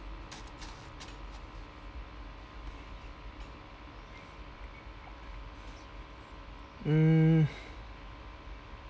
mm